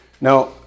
Now